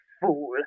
fool